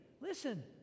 listen